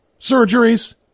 Surgeries